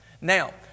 Now